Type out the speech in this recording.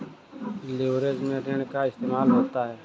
leverage में ऋण का इस्तेमाल होता है